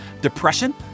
depression